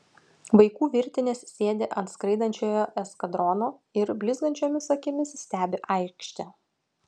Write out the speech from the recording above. vaikų virtinės sėdi ant skraidančiojo eskadrono ir blizgančiomis akimis stebi aikštę